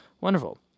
Wonderful